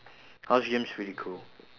house gym's pretty cool